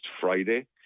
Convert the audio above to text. Friday